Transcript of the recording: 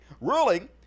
ruling